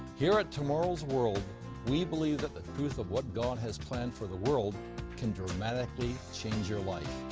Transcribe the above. here at tomorrow's world we believe that the truth of what god has planned for the world can dramatically change your life.